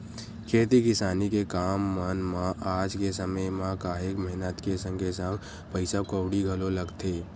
खेती किसानी के काम मन म आज के समे म काहेक मेहनत के संगे संग पइसा कउड़ी घलो लगथे